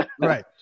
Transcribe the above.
right